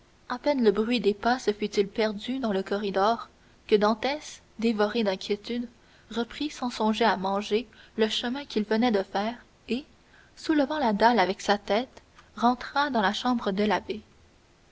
à peine le bruit des pas se fut-il perdu dans le corridor que dantès dévoré d'inquiétude reprit sans songer à manger le chemin qu'il venait de faire et soulevant la dalle avec sa tête et rentra dans la chambre de l'abbé